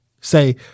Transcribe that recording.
Say